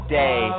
day